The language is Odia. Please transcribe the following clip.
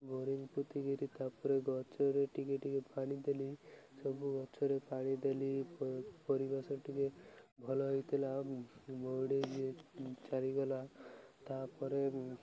ବୋରିଂ ପୋତିକିରି ତା'ପରେ ଗଛରେ ଟିକେ ଟିକେ ପାଣି ଦେଲି ସବୁ ଗଛରେ ପାଣି ଦେଲି ପରିବେଶ ଟିକେ ଭଲ ହେଇଥିଲା ମରୁଡ଼ି ଚାରିଗଲା ତା'ପରେ